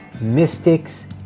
mystics